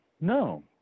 no